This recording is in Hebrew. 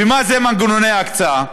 ומה זה מנגנוני ההקצאה?